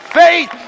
faith